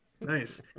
Nice